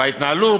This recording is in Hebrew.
ועל ההתנהלות.